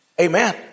Amen